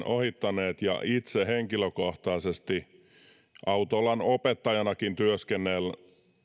ohittaneet ja itse henkilökohtaisesti autoalan opettajanakin työskennelleenä